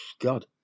God